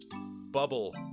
bubble